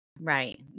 right